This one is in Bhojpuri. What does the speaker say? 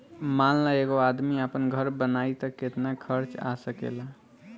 मान ल एगो आदमी आपन घर बनाइ त केतना खर्च आ सकेला